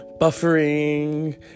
buffering